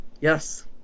Yes